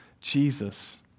Jesus